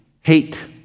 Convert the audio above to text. hate